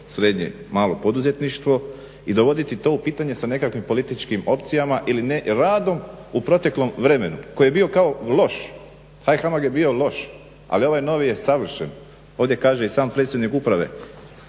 srednje, malo poduzetništvo i dovoditi to u pitanje sa nekakvim političkim opcijama ili neradom u proteklom vremenu koji je bio kao loš, taj HAMAG je bio loš ali ovaj novi je savršen. Ovdje kaže i sam predsjednik uprave